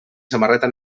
samarreta